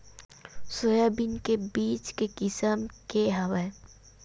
Soybean के बीज के किसम के हवय?